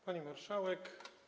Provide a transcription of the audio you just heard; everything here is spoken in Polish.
Pani Marszałek!